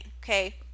okay